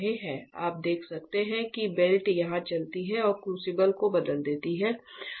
आप देख सकते हैं कि बेल्ट यहाँ चलती है और क्रूसिबल को बदल देती है